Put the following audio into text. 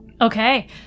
Okay